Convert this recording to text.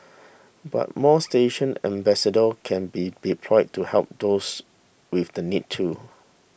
but more station ambassadors can be deployed to help those with the need too